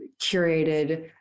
curated